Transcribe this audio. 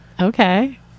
okay